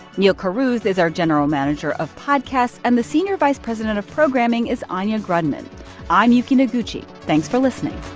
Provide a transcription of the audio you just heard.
neal carruth is our general manager of podcasts, and the senior vice president of programming is anya grundmann i'm yuki noguchi. thanks for listening